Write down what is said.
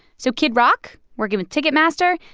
so kid rock, working with ticketmaster,